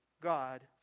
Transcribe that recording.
God